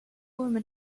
women